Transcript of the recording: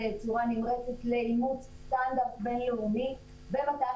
כולל עד מרץ 2020. רואים קצת ירידה במדד הזה,